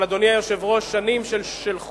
אבל, אדוני היושב-ראש, שנים של חולשה,